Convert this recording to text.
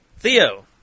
Theo